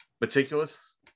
meticulous